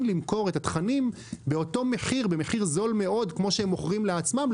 למכור אותם במחיר נמוך מאוד כמו שהם מוכרים לעצמם,